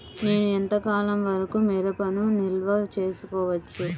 నేను ఎంత కాలం వరకు మిరపను నిల్వ చేసుకోవచ్చు?